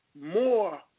more